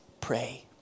Pray